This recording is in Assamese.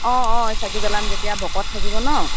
অঁ অঁ চাকি জ্বলাম যেতিয়া ভকত থাকিব ন